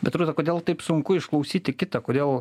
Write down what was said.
bet rūta kodėl taip sunku išklausyti kitą kodėl